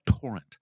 torrent